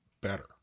better